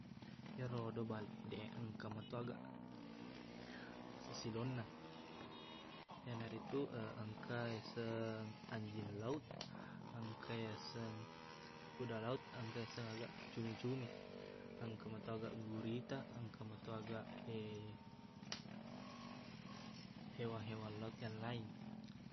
Iyarodo balede, engka mato aga silonna. Iyanaritu, engka iyaseng anjing laut, engka yaseng kuda laut, engka yaseng aga cumi-cumi, engka mato aga gurita, engka mato aga hewan-hewan laut yang lain.